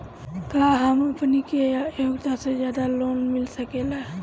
का हमनी के आपन योग्यता से ज्यादा लोन मिल सकेला?